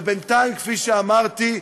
ובינתיים, כפי שאמרתי,